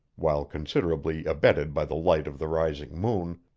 while considerably abetted by the light of the rising moon,